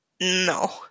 No